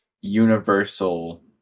universal